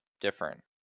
different